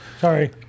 Sorry